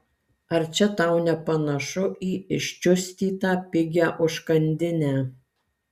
ar čia tau nepanašu į iščiustytą pigią užkandinę